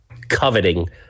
coveting